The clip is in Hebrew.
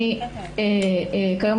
כיום,